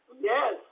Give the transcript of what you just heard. Yes